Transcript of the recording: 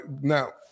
now